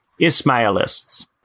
Ismailists